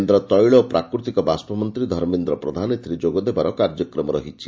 କେନ୍ଦ୍ର ତୈଳ ଓ ପ୍ରାକୃତିକ ବାଷ୍ବ ମନ୍ତୀ ଧର୍ମେନ୍ଦ୍ର ପ୍ରଧାନ ଏଥିରେ ଯୋଗଦେବାର କାର୍ଯ୍ୟକ୍ରମ ରହିଛି